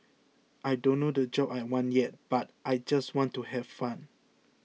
I don't know the job I want yet but I just want to have fun